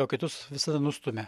o kitus visada nustumia